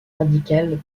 radicale